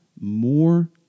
more